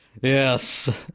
Yes